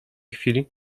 chwili